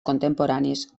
contemporanis